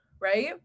Right